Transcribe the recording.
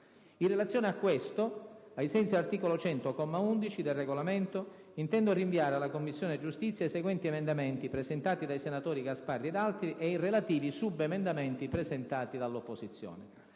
In relazione a questo, ai sensi dell'articolo 100, comma 11, del Regolamento, intendo rinviare alla Commissione giustizia i seguenti emendamenti, presentati dal senatore Gasparri ed altri, ed i relativi subemendamenti, presentati dall'opposizione: